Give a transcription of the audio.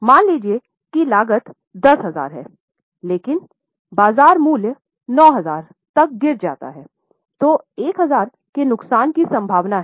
मान लीजिए कि लागत 10 है लेकिन बाजार मूल्य 9000 तक गिर जाता है तो 1000 के नुकसान की संभावना है